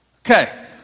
Okay